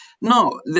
No